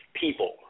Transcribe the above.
people